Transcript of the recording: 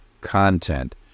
content